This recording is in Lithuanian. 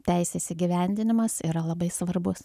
teisės įgyvendinimas yra labai svarbus